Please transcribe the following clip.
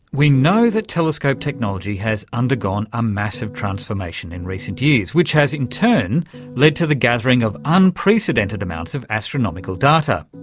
we know that telescope technology has undergone a massive transformation in recent years which has in turn led to the gathering of unprecedented amounts of astronomical data.